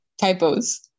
typos